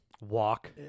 walk